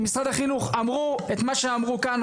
משרד החינוך אמרו את מה שאמרו כאן,